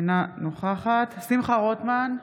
אינה נוכחת שמחה רוטמן,